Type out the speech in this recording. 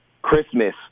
christmas